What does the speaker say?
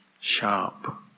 sharp